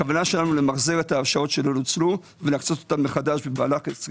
הכוונה שלנו למחזר את ההרשאות שלא נוצלו ולהקצותן מחדש במהלל 23',